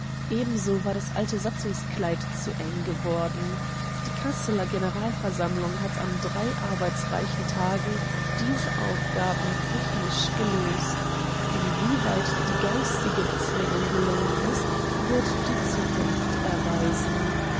ebenso war das alte satzungskleid zu eng geworden die kasseler generalversammlung hat an drei arbeitsreichen tagen diese aufgaben technisch gelöst inwieweit die geistige bezwingung gelungen ist wird die zukunft erweisen